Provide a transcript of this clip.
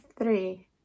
three